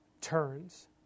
turns